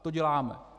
To děláme.